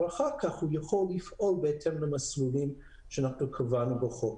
אחר-כך הוא יכול לפעול בהתאם למסלולים שאנחנו קבענו בחוק.